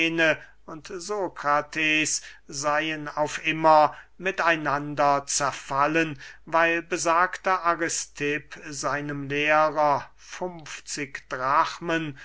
und sokrates seyen auf immer mit einander zerfallen weil besagter aristipp seinem lehrer funfzig drachmen